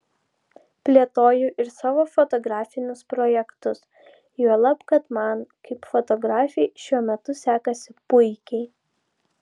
plėtoju ir savo fotografinius projektus juolab kad man kaip fotografei šiuo metu sekasi puikiai